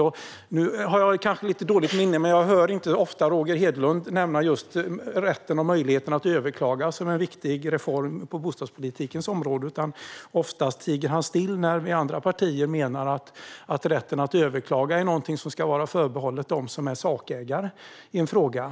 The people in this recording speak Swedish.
Jag har kanske lite dåligt minne men jag hör inte ofta Roger Hedlund nämna rätten och möjligheten att överklaga som en viktig reform på bostadspolitikens område. Oftast tiger han still när vi i de andra partierna menar att rätten att överklaga är något som ska vara förbehållet dem som är sakägare i en fråga.